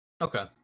Okay